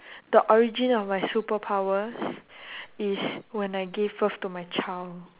the origin of my superpowers is when I gave birth to my child